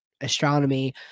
astronomy